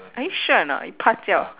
are you sure or not you pa jiao